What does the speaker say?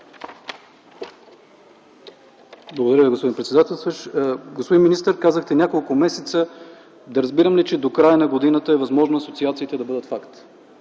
Благодаря Ви. Господин министър, казахте няколко месеца, да разбирам ли, че до края на годината е възможно асоциациите да бъдат факт?